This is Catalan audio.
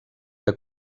que